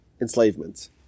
enslavement